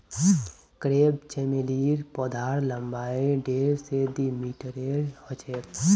crepe चमेलीर पौधार लम्बाई डेढ़ स दी मीटरेर ह छेक